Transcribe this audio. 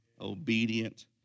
obedient